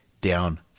down